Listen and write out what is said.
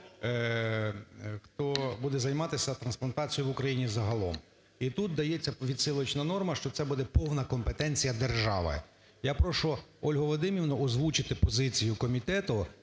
хто буде займатися трансплантацією в Україні загалом. І тут дається відсилочна норма, що це буде повна компетенція держави. Я прошу Ольгу Вадимівну озвучити позицію комітету,